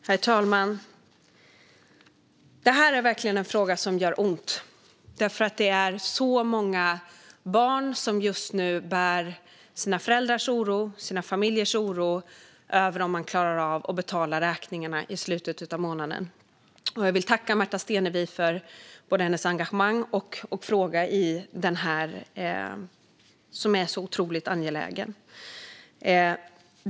Herr talman! Detta är verkligen en fråga som gör ont därför att många barn just nu bär sina föräldrars och familjers oro över om de ska klara att betala räkningarna i slutet av månaden. Jag vill tacka Märta Stenevi både för hennes engagemang och för hennes fråga, som är otroligt angelägen.